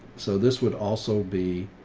so this would also be,